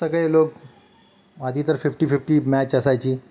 सगळे लोक आधी तर फिफ्टी फिफ्टी मॅच असायची